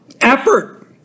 effort